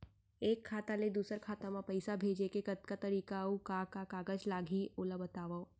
एक खाता ले दूसर खाता मा पइसा भेजे के कतका तरीका अऊ का का कागज लागही ओला बतावव?